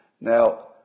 Now